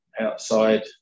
outside